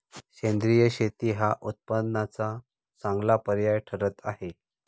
सेंद्रिय शेती हा उत्पन्नाला चांगला पर्याय ठरत आहे